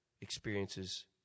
experiences